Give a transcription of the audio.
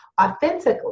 Authentically